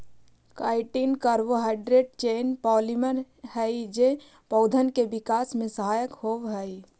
chitin carbohydrate chain polymer हई जे पौधन के विकास में सहायक होवऽ हई